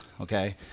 Okay